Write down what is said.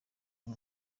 y’u